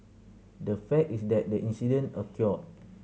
the fact is that the incident occurred